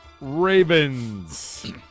Ravens